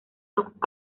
los